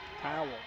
Powell